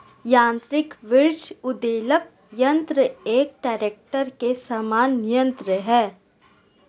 यान्त्रिक वृक्ष उद्वेलक यन्त्र एक ट्रेक्टर के समान यन्त्र है